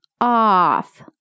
off